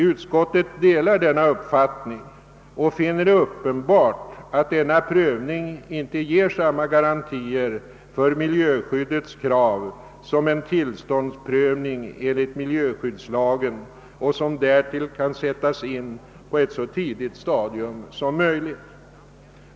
Utskottet delar denna uppfattning och finner det uppenbart att denna prövning inte ger samma garantier för miljöskyddets krav som en tillståndsprövning enligt miljöskyddslagen och som därtill kan sättas in på ett tidigt stadium.